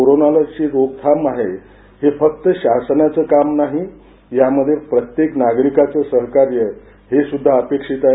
कोरोनाची रोखधाम हे फक्त शासनाचं काम नाही यामध्ये प्रत्येक नागरिकाचं सहकार्य हे सुद्धा अपेक्षित आहे